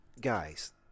Guys